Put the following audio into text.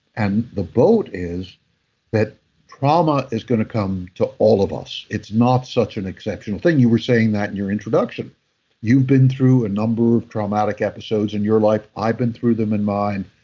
and the boat is that trauma is going to come to all of us it's not such an exceptional thing. you were saying that in your introduction you've been through a number of traumatic episodes in your life. i've been through them in mine.